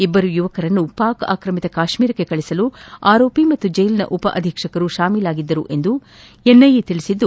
ಇಬ್ಬರು ಯುವಕರನ್ನು ಪಾಕ್ ಆಕ್ರಮಿತ ಕಾಶ್ಮೀರಕ್ಕೆ ಕಳುಹಿಸಲು ಆರೋಪಿ ಮತ್ತು ಜೈಲಿನ ಉಪ ಅಧೀಕ್ಷಕರು ಶಾಮೀಲಾಗಿದ್ದರು ಎಂದು ಎನ್ಐಎ ತಿಳಿಸಿದ್ದು